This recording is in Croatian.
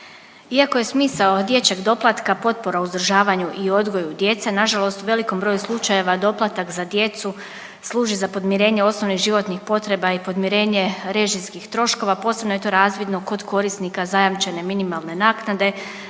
Iako je smisao dječjeg doplatka potpora uzdržavanju i odgoju djece, nažalost u velikom broju slučajeva doplatak za djecu služi za podmirenje osnovnih životnih potreba i podmirenje režijskih troškova, posebno je to razvidno kod korisnika zajamčene minimalne naknade,